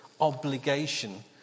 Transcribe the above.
obligation